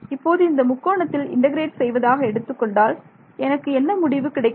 இப்போது இந்த முக்கோணத்தில் இன்டெகிரேட் செய்வதாக எடுத்துக்கொண்டால் எனக்கு என்ன முடிவு கிடைக்கும்